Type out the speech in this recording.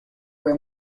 fue